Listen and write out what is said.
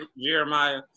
Jeremiah